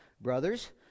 brothers